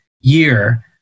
year